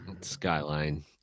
Skyline